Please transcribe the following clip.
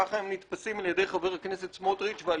כך הם נתפסים על ידי חבר הכנסת סמוטריץ' ועל